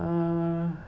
uh